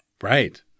Right